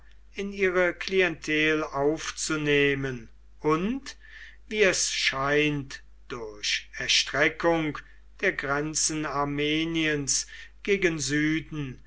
in ihre klientel aufzunehmen und wie es scheint durch erstreckung der grenzen armeniens gegen süden